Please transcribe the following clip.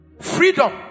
freedom